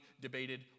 debated